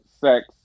sex